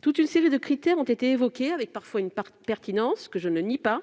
Toute une série de critères ont été évoqués, avec, parfois, une part de pertinence que je ne nie pas,